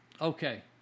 Okay